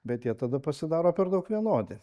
bet jie tada pasidaro per daug vienodi